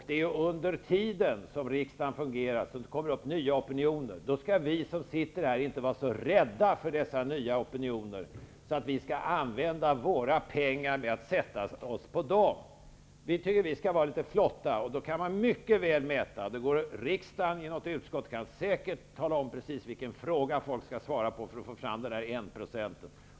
Det är under mandatperioderna som nya opinioner dyker upp, och då skall vi som sitter i riksdagen inte vara så rädda för dessa nya opinioner att vi använder våra pengar till att sätta oss på dem. Vi tycker att vi skall vara litet flotta. Man kan mycket väl mäta detta. Något utskott i riksdagen kan säkert tala om precis vilken fråga folk skall svara på för att man skall få fram de uppgifter man behöver.